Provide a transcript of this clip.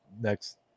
next